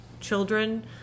children